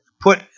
put